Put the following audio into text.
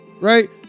right